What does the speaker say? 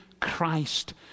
Christ